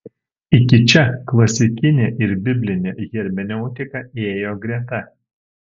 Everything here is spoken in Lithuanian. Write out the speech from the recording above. iki čia klasikinė ir biblinė hermeneutika ėjo greta